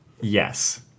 Yes